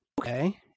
Okay